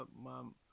mom